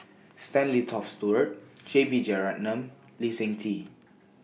Stanley Toft Stewart J B Jeyaretnam and Lee Seng Tee